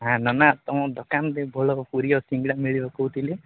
ହାଁ ନନା ତୁମ ଦୋକାନରେ ଭଲ ପୁରି ଆଉ ସିଙ୍ଗଡ଼ା ମିଳିବ କହୁଥିଲେ